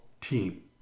team